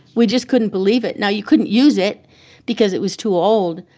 we just couldn't believe it. now, you couldn't use it because it was too old,